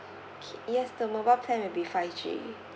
okay yes the mobile plan will be five G